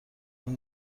اون